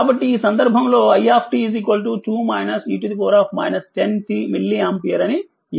కాబట్టిఈ సందర్భంలో i milliampere అని ఇవ్వబడినది